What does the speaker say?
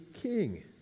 king